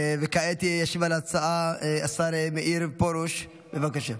וכעת ישיב על ההצעה השר מאיר פרוש, בבקשה.